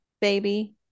baby